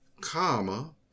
comma